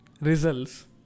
results